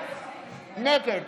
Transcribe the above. בעד יצחק פינדרוס, נגד